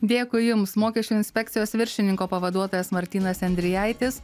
dėkui jums mokesčių inspekcijos viršininko pavaduotojas martynas endrijaitis